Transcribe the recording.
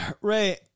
Ray